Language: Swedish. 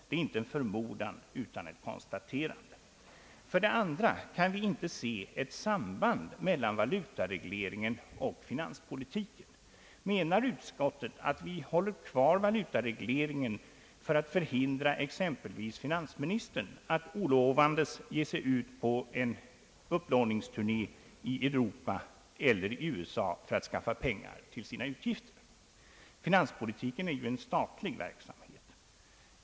Det är inte en förmodan utan ett konstaterande. För det andra kan vi inte se ett samband mellan valutaregleringen och finanspolitiken. Menar utskottet att vi håller kvar valutaregleringen för att förhindra exempelvis finansministern att olovandes ge sig ut på en upplåningsturné i Europa eller USA för att skaffa pengar till sina utgifter? Finanspolitiken är ju en statlig verksamhet.